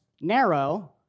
Narrow